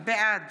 בעד